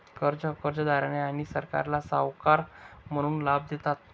कर्जे कर्जदारांना आणि सरकारला सावकार म्हणून लाभ देतात